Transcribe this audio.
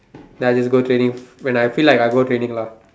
then I just go training when I feel like I'll go training lah